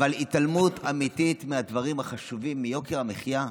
אבל התעלמות אמיתית מהדברים החשובים, מיוקר המחיה.